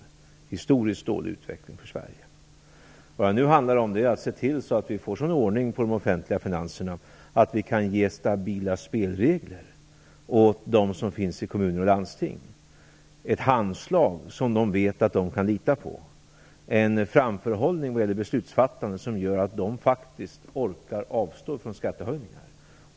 Det var en historiskt dålig utveckling för Vad det nu handlar om är att se till att vi får en sådan ordning på de offentliga finanserna att vi kan ge stabila spelregler för dem som finns i kommuner och landsting, ett handslag som de vet att de kan lita på och en framförhållning när det gäller beslutsfattandet som gör att de faktiskt orkar avstå från skattehöjningar.